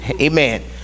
amen